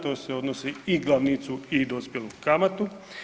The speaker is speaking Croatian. To se odnosi i glavnicu i dospjelu kamatu.